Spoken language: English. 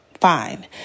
Fine